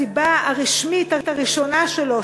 הסיבה הרשמית הראשונה שלו,